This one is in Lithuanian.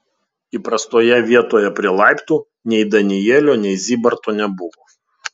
įprastoje vietoje prie laiptų nei danielio nei zybarto nebuvo